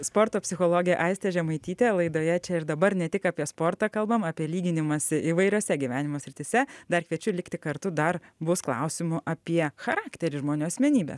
sporto psichologė aistė žemaitytė laidoje čia ir dabar ne tik apie sportą kalbam apie lyginimąsi įvairiose gyvenimo srityse dar kviečiu likti kartu dar bus klausimų apie charakterį žmonių asmenybes